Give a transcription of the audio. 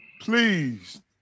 Please